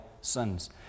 sins